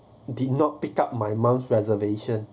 did not pick up my mum's reservation